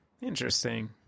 Interesting